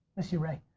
miss you ray.